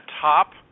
top